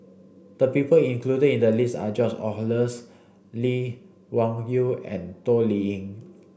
the people included in the list are George Oehlers Lee Wung Yew and Toh Liying